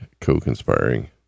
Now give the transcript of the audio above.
co-conspiring